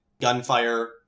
gunfire